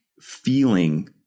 feeling